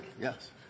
Yes